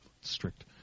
strict